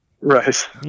Right